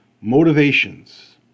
Motivations